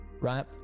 right